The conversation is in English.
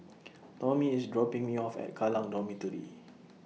Tomie IS dropping Me off At Kallang Dormitory